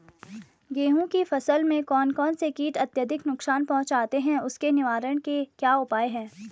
गेहूँ की फसल में कौन कौन से कीट अत्यधिक नुकसान पहुंचाते हैं उसके निवारण के क्या उपाय हैं?